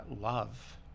love